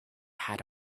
had